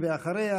ואחריה,